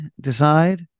decide